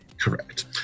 Correct